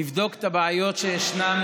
נבדוק את הבעיות שישנן,